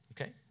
Okay